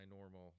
normal